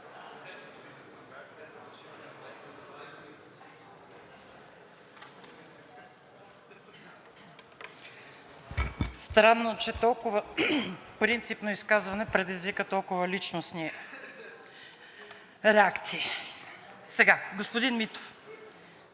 Странно, че толкова принципно изказване предизвика толкова личностни реакции. Господин Митов,